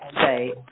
say